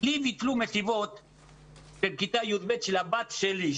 לי ביטלו מסיבות של כיתה י"ב של הבת שלי,